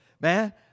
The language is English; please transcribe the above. Man